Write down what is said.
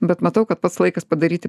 bet matau kad pats laikas padaryti